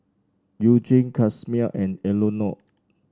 Eugene Casimer and Eleonore